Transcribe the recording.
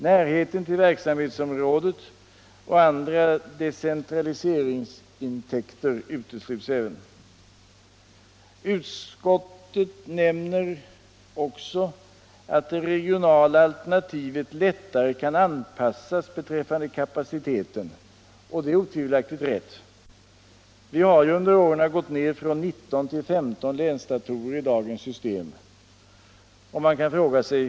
Närheten till verksamhetsområdet och andra decentraliseringsintäkter utesluts även. Utskottet nämner också att det regionala alternativet lättare kan anpassas beträffande kapaciteten, och det är otvivelaktigt rätt. Vi har ju under åren gått ner från 19 till 15 länsdatorer i dagens system.